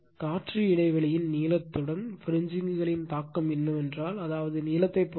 காற்று இடைவெளியின் நீளத்துடன் பிரிஞ்சிங் களின் தாக்கம் என்னவென்றால் அதாவது நீளத்தைப் பொறுத்து